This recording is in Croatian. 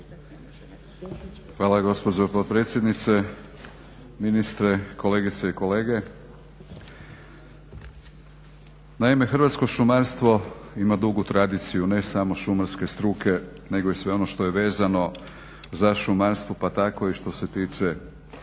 Hvala gospođo potpredsjednice. Ministre, kolegice i kolege. Naime, hrvatsko šumarstvo ima dugu tradiciju ne samo šumarske struke nego i sve ono što je vezano za šumarstvo pa tako i što se tiče same